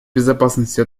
безопасности